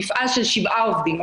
מפעל שלשבעה עובדים,